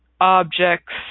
objects